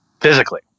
physically